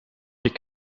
wir